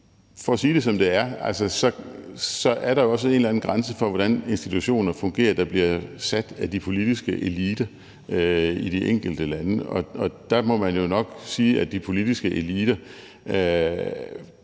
for at sige det, som det er, er der jo også en eller anden grænse for, hvordan institutioner fungerer, der bliver sat af den politiske elite i de enkelte lande. Der må man jo nok sige, at de politiske eliter